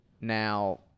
now